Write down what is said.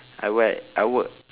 I work at I work